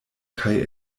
kaj